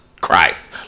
christ